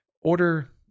order